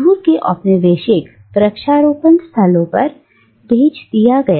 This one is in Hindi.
दूर के औपनिवेशिक वृक्षारोपण स्थलों पर भेज दिया गया